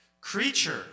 creature